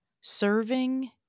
serving